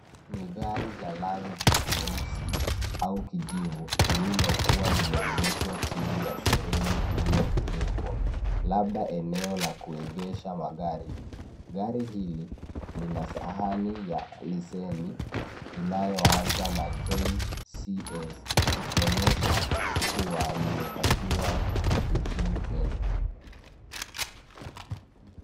Ni gari la rangi nyeusi au kijivu lililokuwa limeegeshwa chini ya sehemu iliyofunikwa ,labda eneo la kuegesha magari ,gari hili lina sahani ya leseni inayoanza na KCS ikionyesha kuwa limepakiwa nchini Kenya.